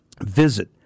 Visit